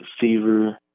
fever